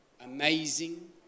amazing